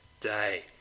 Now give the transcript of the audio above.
day